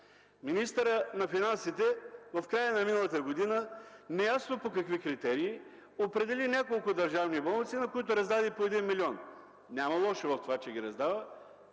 Министърът на финансите в края на миналата година неясно по какви критерии определи няколко държавни болници, на които раздаде по 1 милион. Няма лошо в това, че ги раздава,